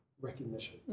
recognition